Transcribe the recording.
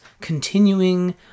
continuing